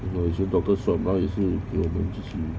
我也是 doctor 也是给我们自己